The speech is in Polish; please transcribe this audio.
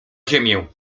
ziemię